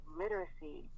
literacy